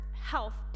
health